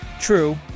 True